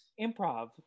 Improv